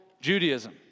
Judaism